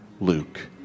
Luke